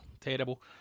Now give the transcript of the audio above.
terrible